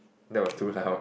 no is too loud